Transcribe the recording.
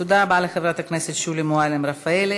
תודה רבה לחברת הכנסת שולי מועלם-רפאלי.